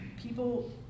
People